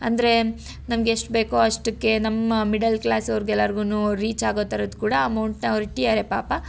ಅಂದರೆ ನಮ್ಗೆ ಎಷ್ಟು ಬೇಕೋ ಅಷ್ಟಕ್ಕೆ ನಮ್ಮ ಮಿಡಲ್ ಕ್ಲಾಸ್ ಅವ್ರ್ಗೆ ಎಲ್ಲಾರ್ಗೂ ರೀಚ್ ಆಗೋ ಥರದ್ದು ಕೂಡ ಅಮೌಂಟನ್ನ ಅವ್ರು ಇಟ್ಟಿದ್ದಾರೆ ಪಾಪ